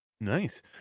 Nice